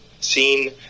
seen